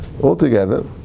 altogether